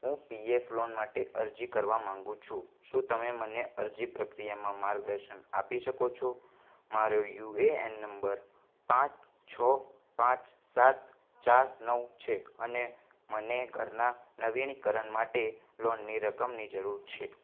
હું PF loan માટે અરજી કરવા માંગુ છું શું તમે મને અરજી પ્રક્રિયામાં માર્ગદર્શન આપી શકો છો મારો યુએએન નંબર પાંચ છ પાંચ સાત ચાર નવ છે અને મને ઘરના નવીનીકરણ માટે લોનની રકમની જરૂર છે